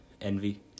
Envy